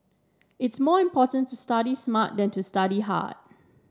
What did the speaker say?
it is more important to study smart than to study hard